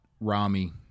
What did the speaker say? Rami